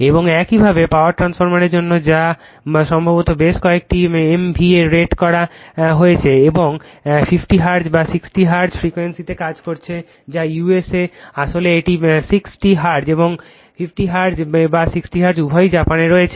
এবং একইভাবে পাওয়ার ট্রান্সফরমারের জন্য যা সম্ভবত বেশ কয়েকটি MVA রেট করা হয়েছে এবং 50 হার্টজ বা 60 হার্টজ ফ্রিকোয়েন্সিতে কাজ করছে যা USA আসলে এটি 60 হার্টজ এবং 50 হার্টজ বা 60 হার্টজ উভয়ই জাপানে রয়েছে